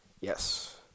Yes